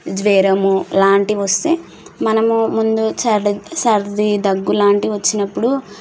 జ్వరము ఇలాంటివి వస్తే మనము ముందు సరి సర్ది దగ్గు లాంటివి వచ్చినప్పుడు